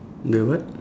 the what